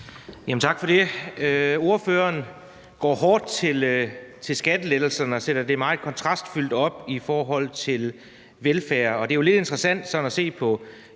Tak for det. Ordføreren går hårdt til skattelettelserne og sætter det meget kontrastfyldt op i forhold til velfærd. Det er jo lidt interessant sådan